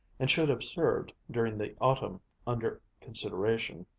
and should have served, during the autumn under consideration,